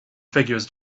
figures